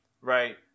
right